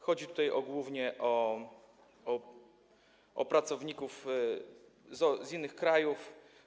Chodzi tutaj głównie o pracowników z innych krajów.